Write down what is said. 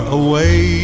away